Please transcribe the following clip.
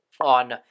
on